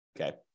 Okay